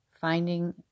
finding